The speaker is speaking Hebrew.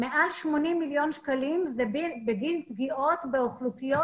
מעל 80 מיליון שקלים בגין פגיעות באוכלוסיות